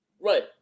Right